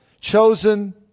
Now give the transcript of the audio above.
chosen